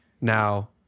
now